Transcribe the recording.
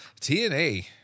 tna